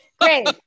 Great